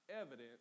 evidence